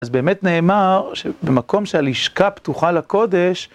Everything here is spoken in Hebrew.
אז באמת נאמר, שבמקום שהלשכה פתוחה לקודש,